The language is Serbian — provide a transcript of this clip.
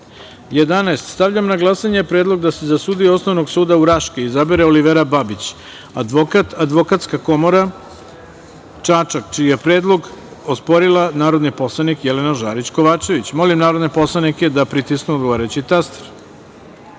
Stavljam na glasanje predlog da se za sudiju Osnovnog suda u Raški izabere Olivera Babić, advokat, Advokatska komora Čačak, čiji je predlog osporila narodni poslanik Jelena Žarić Kovačević. Molim narodne poslanike da pritisnu odgovarajući